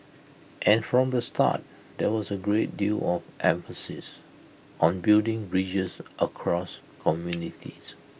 and from the start there was A great deal of emphasis on building bridges across communities